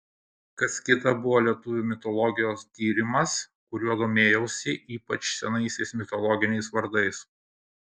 kas kita buvo lietuvių mitologijos tyrimas kuriuo domėjausi ypač senaisiais mitologiniais vardais